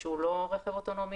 שהוא לא רכב אוטונומי,